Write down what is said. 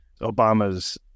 Obama's